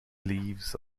leaves